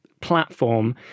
platform –